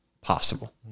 possible